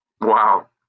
Wow